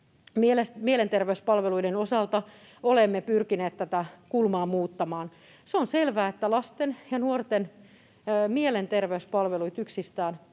mielenterveyspalveluiden osalta olemme pyrkineet tätä kulmaa muuttamaan. Se on selvää, että yksistään lasten ja nuorten mielenterveyspalveluita meillä